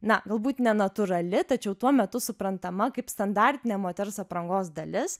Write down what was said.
na galbūt nenatūrali tačiau tuo metu suprantama kaip standartinė moters aprangos dalis